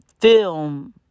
Film